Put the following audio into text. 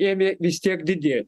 ėmė vis tiek didėt